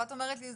ואת אומרת לי,